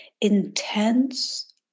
intense